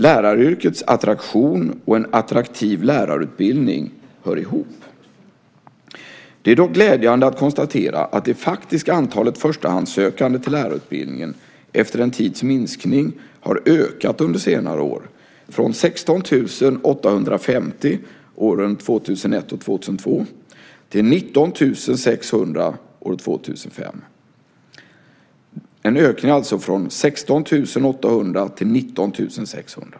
Läraryrkets attraktion och en attraktiv lärarutbildning hör ihop. Det är dock glädjande att konstatera att det faktiska antalet förstahandssökande till lärarutbildningen efter en tids minskning har ökat under senare år från 16 850 åren 2001 och 2002 till 19 600 år 2005.